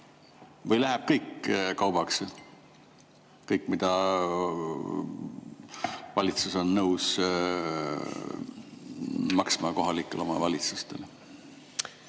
Või läheb kõik kaubaks – kõik, mida valitsus on nõus maksma kohalikele omavalitsustele?